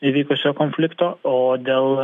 įvykusio konflikto o dėl